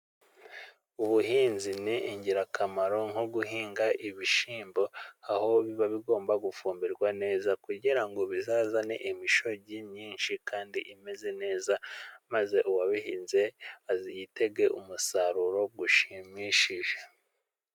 Ubuhinzi ni ingirakamaro nko guhinga ibishyimbo aho biba bigomba gufumbirwa neza, kugira ngo bizazane imishogi myinshi kandi imeze neza, maze uwabihinze yitege umusaruro ushimishije.